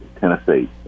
Tennessee